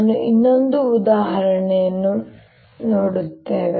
ನಾನು ಇನ್ನೊಂದು ಉದಾಹರಣೆಯನ್ನು ಮಾಡುತ್ತೇನೆ